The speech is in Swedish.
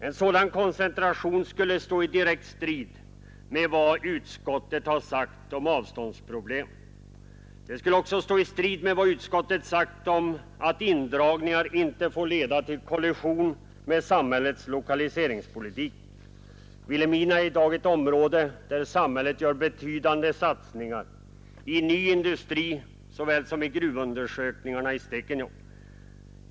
En sådan koncentration skulle stå i direkt strid med vad utskottet sagt om avståndsproblem. Den skulle också stå i strid med vad utskottet sagt om att indragningar inte får leda till kollision med samhällets lokaliseringspolitik. Vilhelmina är i dag ett område där samhället gör betydande satsningar — i ny industri såväl som i bl.a. gruvundersökningar i Stekenjokk.